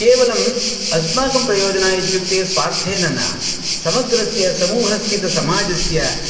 केवलम् अस्माकं प्रयोजन इत्युक्ते स्वार्थेन न समग्रस्य समूहस्थितसमाजस्य